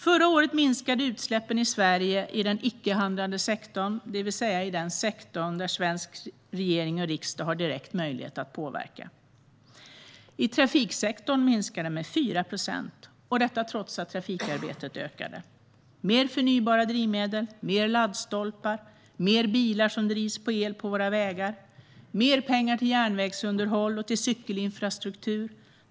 Förra året minskade utsläppen i Sverige i den icke-handlande sektorn, det vill säga i den sektor där svensk regering och riksdag har direkt möjlighet att påverka. I trafiksektorn minskade utsläppen med 4 procent - detta trots att trafikarbetet ökade. Det handlar om mer förnybara drivmedel, fler laddstolpar och fler bilar som drivs med el på våra vägar. Det handlar också om mer pengar till järnvägsunderhåll och till cykelinfrastruktur.